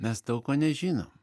mes daug ko nežinom